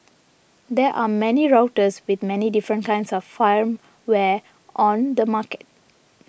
there are many routers with many different kinds of firmware on the market